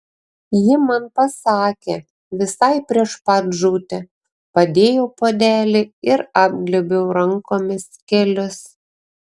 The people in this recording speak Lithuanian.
ji man pasakė visai prieš pat žūtį padėjau puodelį ir apglėbiau rankomis kelius